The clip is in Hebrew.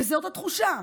וזאת התחושה.